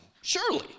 surely